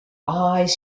eyes